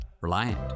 Reliant